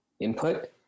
input